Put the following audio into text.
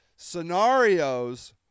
scenarios